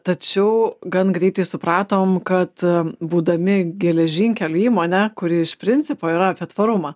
tačiau gan greitai supratom kad būdami geležinkelių įmone kuri iš principo yra apie tvarumą